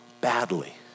badly